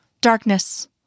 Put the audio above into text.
Darkness